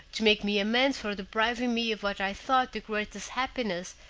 to make me amends for depriving me of what i thought the greatest happiness,